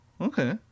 okay